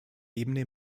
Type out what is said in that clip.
ebene